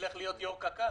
רגע,